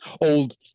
old